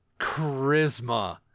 charisma